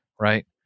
Right